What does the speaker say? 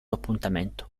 appuntamento